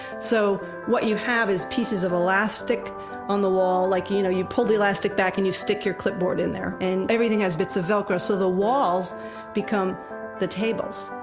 so what you have is pieces of elastic on the wall, like, you know, you pull the elastic back and you stick your clipboard in there. and everything has bits of velcro so the walls become the tables.